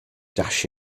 dash